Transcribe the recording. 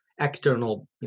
external